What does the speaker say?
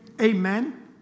Amen